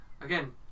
Again